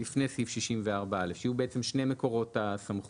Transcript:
לפני סעיף 64(א), שיהיו בעצם שני מקורות סמכות.